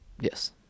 Yes